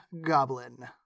Goblin